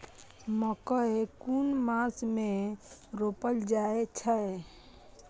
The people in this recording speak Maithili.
मकेय कुन मास में रोपल जाय छै?